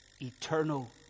eternal